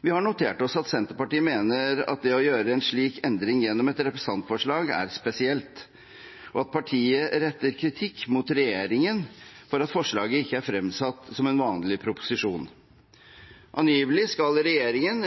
Vi har notert oss at Senterpartiet mener at det å gjøre en slik endring gjennom et representantforslag er spesielt, og at partiet retter kritikk mot regjeringen for at forslaget ikke er fremsatt som en vanlig proposisjon. Angivelig skal regjeringen